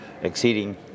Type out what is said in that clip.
exceeding